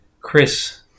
Chris